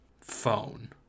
phone